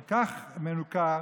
כל כך מנוכר,